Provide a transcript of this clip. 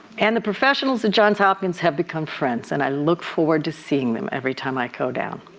and the professionals at johns hopkins have become friends and i look forward to seeing them every time i go down.